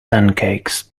pancakes